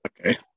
Okay